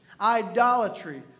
Idolatry